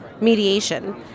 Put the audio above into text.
mediation